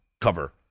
cover